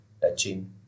touching